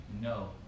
No